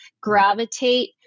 gravitate